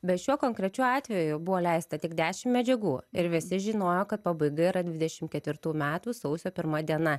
bet šiuo konkrečiu atveju buvo leista tik dešim medžiagų ir visi žinojo kad pabaiga yra dvidešim ketvirtų metų sausio pirma diena